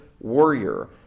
warrior